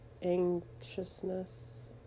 Anxiousness